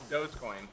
Dogecoin